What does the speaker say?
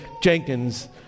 Jenkins